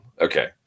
Okay